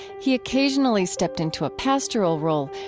he occasionally stepped into a pastoral role,